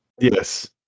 Yes